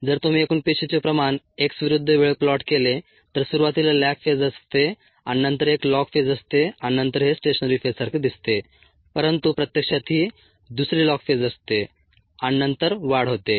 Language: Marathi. जर तुम्ही एकूण पेशीचे प्रमाण x विरुद्ध वेळ प्लॉट केले तर सुरुवातीला लॅग फेज असते आणि नंतर एक लॉग फेज असते आणि नंतर हे स्टेशनरी फेजसारखे दिसते परंतु प्रत्यक्षात ही दुसरी लॉग फेज असते आणि नंतर वाढ होते